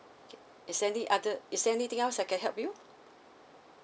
okay is there any other is there anything else I can help you